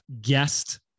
guest